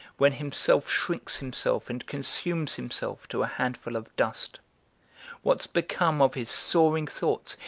when himself shrinks himself and consumes himself to a handful of dust what's become of his soaring thoughts,